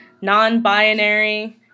non-binary